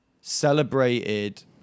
celebrated